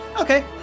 Okay